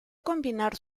combinar